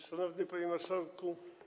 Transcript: Szanowny Panie Marszałku!